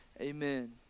amen